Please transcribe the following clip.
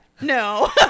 no